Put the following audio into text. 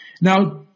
Now